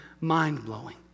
mind-blowing